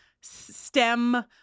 STEM